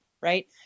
right